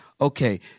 Okay